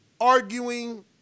arguing